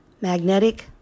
Magnetic